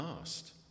asked